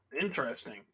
interesting